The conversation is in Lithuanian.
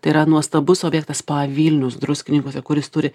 tai yra nuostabus objektas spa vilnius druskininkuose kuris turi